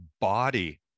body